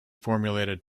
formulated